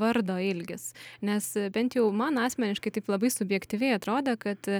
vardo ilgis nes bent jau man asmeniškai taip labai subjektyviai atrodė kad